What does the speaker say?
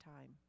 time